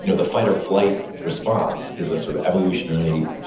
you know the fight or flight response is a sort of evolutionary